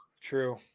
True